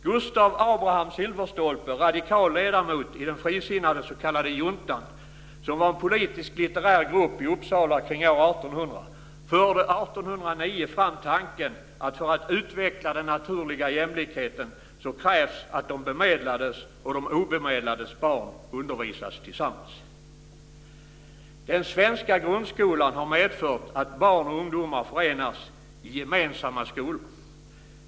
Gustav Abraham Silfverstolpe, radikal ledamot i den frisinnade s.k. Juntan, som var en politisklitterär grupp i Uppsala kring år 1800, förde 1809 fram tanken att för att utveckla den naturliga jämlikheten krävs att de bemedlades och de obemedlades barn undervisas tillsammans. Den svenska grundskolan har medfört att barn och ungdomar förenas i gemensamma skolor.